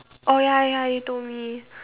oh ya ya you told me